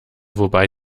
wobei